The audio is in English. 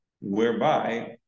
whereby